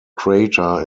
crater